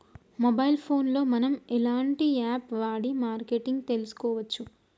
Mobile phone లో మనం ఎలాంటి యాప్ వాడి మార్కెటింగ్ తెలుసుకోవచ్చు?